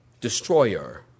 Destroyer